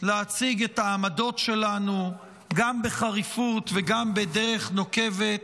להציג את העמדות שלנו גם בחריפות וגם בדרך נוקבת,